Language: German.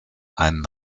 einen